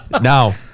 Now